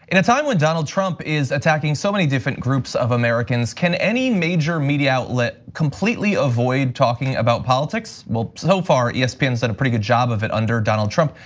in a time when donald trump is attacking so many different groups of americans, can any major media outlet completely avoid talking about politics? well, so far, espn's done a pretty good job of it under donald trump.